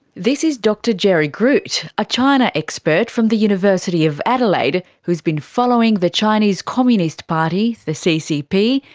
this is dr gerry groot, a china expert from the university of adelaide who's been following the chinese communist party, the ccp,